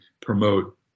promote